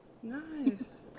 Nice